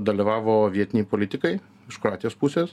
dalyvavo vietiniai politikai iš kroatijos pusės